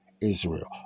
Israel